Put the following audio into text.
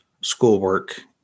schoolwork